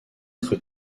être